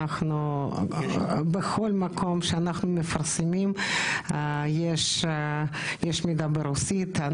בכל מקום שאנחנו מפרסמים יש מידע ברוסית.